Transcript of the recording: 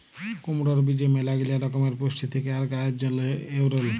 কুমড়র বীজে ম্যালাগিলা রকমের পুষ্টি থেক্যে আর গায়ের জন্হে এঔরল